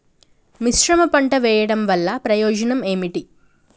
మిశ్రమ పంట వెయ్యడం వల్ల ప్రయోజనం ఏమిటి?